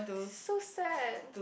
so sad